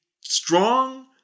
strong